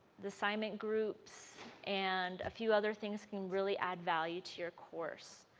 the assignment groups and few other things can really add value to your course.